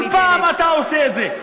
כל פעם אתה עושה את זה.